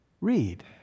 read